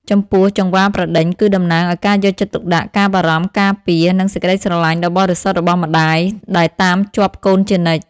ចំពោះ "ចង្វាប្រដេញ" គឺតំណាងឲ្យការយកចិត្តទុកដាក់ ការបារម្ភ ការពារ និងសេចក្ដីស្រឡាញ់ដ៏បរិសុទ្ធរបស់ម្ដាយ ដែលតាមជាប់កូនជានិច្ច។